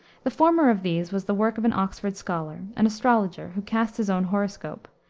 the former of these was the work of an oxford scholar, an astrologer, who cast his own horoscope,